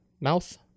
Mouth